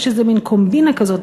יש איזה מין קומבינה כזאת.